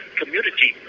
community